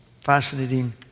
fascinating